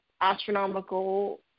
astronomical